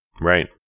Right